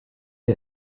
der